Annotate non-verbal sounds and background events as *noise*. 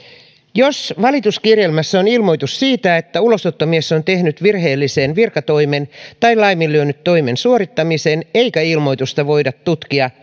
jos valituskirjelmässä on ilmoitus siitä että ulosottomies on tehnyt virheellisen virkatoimen tai laiminlyönyt toimen suorittamisen eikä ilmoitusta voida tutkia *unintelligible*